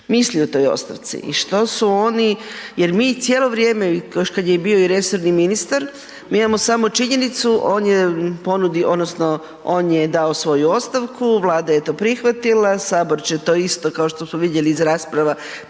misli o toj ostavci i što su oni jer mi cijelo vrijeme, još kad je i bio resorni ministar, mi imamo samo činjenicu, on je ponudio, odnosno on je dao svoju ostavku, Vlada je to prihvatila, Sabor će to isto kao što smo vidjeli iz rasprava prihvatiti,